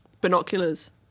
binoculars